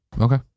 Okay